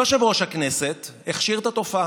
יושב-ראש הכנסת הכשיר את התופעה,